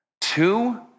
Two